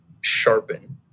sharpen